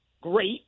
great